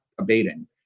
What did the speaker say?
abating